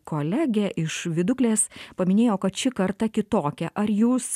kolegė iš viduklės paminėjo kad ši karta kitokia ar jūs